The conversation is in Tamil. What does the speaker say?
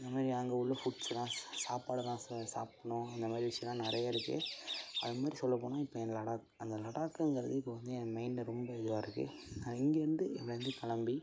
இந்தமாதிரி அங்கே உள்ள ஃபுட்ஸெலாம் சா சாப்பாடெல்லாம் ச சாப்பிட்ணும் அந்தமாதிரி விஷயம்லாம் நிறைய இருக்குது அது மாதிரி சொல்லப்போனால் இப்போ அந்த லடாக் அந்த லடாக்குங்கிறது இப்போது வந்து என் மைண்டில் ரொம்ப இதுவாக இருக்குது நான் இங்கேருந்து வண்டி கிளம்பி